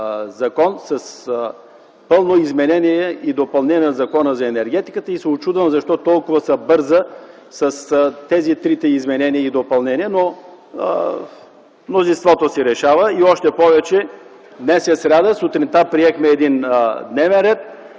с пълно изменение и допълнение на Закона за енергетиката. Учудвам се защо толкова се бърза с трите изменения и допълнения, но мнозинството си решава. Още повече днес е сряда, сутринта приехме един дневен ред